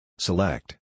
Select